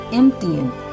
emptying